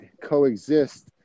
coexist